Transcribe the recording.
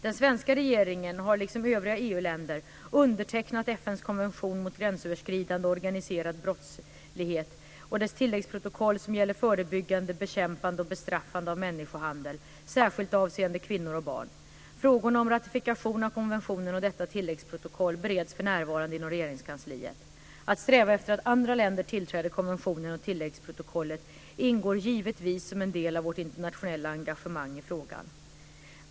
Den svenska regeringen har liksom övriga EU länder undertecknat FN:s konvention mot gränsöverskridande organiserad brottslighet och dess tilläggsprotokoll som gäller förebyggande, bekämpande och bestraffande av människohandel, särskilt avseende kvinnor och barn. Frågorna om ratifikation av konventionen och detta tilläggsprotokoll bereds för närvarande inom Regeringskansliet. Att sträva efter att andra länder tillträder konventionen och tilläggsprotokollet ingår givetvis som en del av vårt internationella engagemang i frågan.